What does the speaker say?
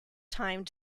time